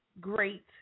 great